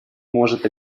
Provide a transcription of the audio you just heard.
может